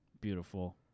Beautiful